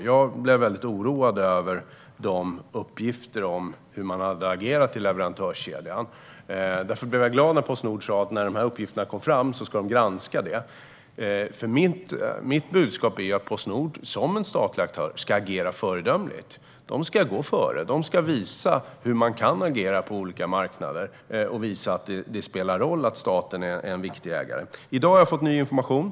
Jag blev oroad över uppgifterna om hur man har agerat i leverantörskedjan. Därför blev jag glad när Postnord sa att uppgifterna ska granskas. Mitt budskap är att Postnord som en statlig aktör ska agera föredömligt. De ska gå före och visa hur man kan agera på olika marknader och att det spelar roll att staten är en viktig ägare. I dag har jag fått ny information.